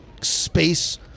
space